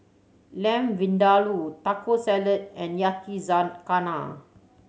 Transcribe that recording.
Lamb Vindaloo Taco Salad and Yakizakana